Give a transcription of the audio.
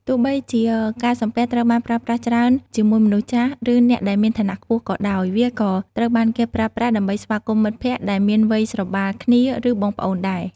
ទោះបីជាការសំពះត្រូវបានគេប្រើប្រាស់ច្រើនជាមួយមនុស្សចាស់ឬអ្នកដែលមានឋានៈខ្ពស់ក៏ដោយ វាក៏ត្រូវបានគេប្រើប្រាស់ដើម្បីស្វាគមន៍មិត្តភក្តិដែលមានវ័យស្របាលគ្នាឬបងប្អូនដែរ។